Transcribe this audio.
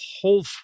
whole